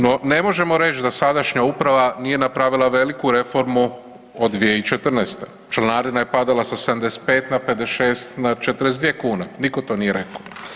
No, ne možemo reći da sadašnja uprava nije napravila veliku reformu od 2014., članarina je padala sa 75 na 56 na 42 kune, nitko to nije rekao.